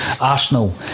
Arsenal